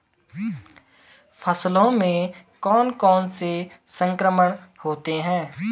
फसलों में कौन कौन से संक्रमण होते हैं?